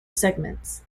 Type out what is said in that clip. segments